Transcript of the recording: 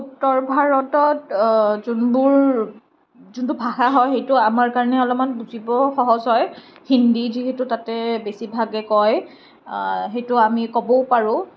উত্তৰ ভাৰতত যোনবোৰ যোনটো ভাষা হয় সেইটো আমাৰ কাৰণে অলপমান বুজিব সহজ হয় হিন্দী যিহেতু তাতে বেছিভাগে কয় সেইটো আমি ক'বও পাৰোঁ